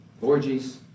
orgies